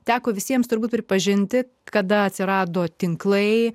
teko visiems turbūt pripažinti kada atsirado tinklai